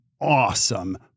awesome